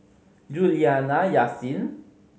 Juliana Yasin